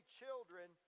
children